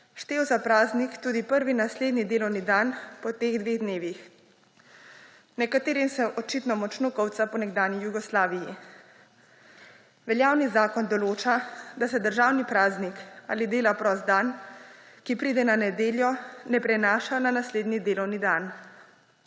štel za praznik tudi prvi naslednji delovni dan po teh dveh dnevih ‒ nekaterim se očitno močno kolca po nekdanji Jugoslaviji! Veljavni zakon določa, da se državni praznik ali dela prost dan, ki pride na nedeljo, ne prenaša na naslednji delovni dan.